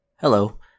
Hello